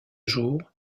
jour